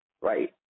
right